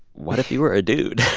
what if you were a dude?